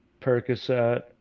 Percocet